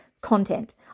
content